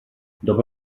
dopo